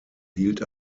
hielt